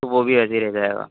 تو وہ بھی ایسے رہ جائے گا